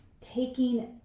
taking